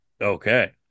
Okay